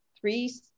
three